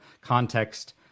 context